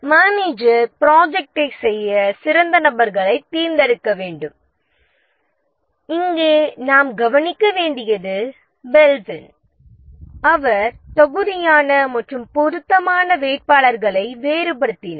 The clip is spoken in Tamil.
மேனேஜர் ப்ராஜெக்ட்டை Manager project செய்ய சிறந்த நபர்களைத் தேர்ந்தெடுக்க வேண்டும் இங்கே நாம் கவனிக்க வேண்டியது பெல்பின் அவர் தகுதியான மற்றும் பொருத்தமான வேட்பாளர்களை வேறுபடுத்தினார்